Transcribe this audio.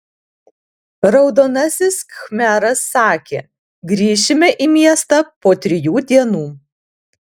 raudonasis khmeras sakė grįšime į miestą po trijų dienų